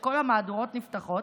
כשכל המהדורות נפתחות?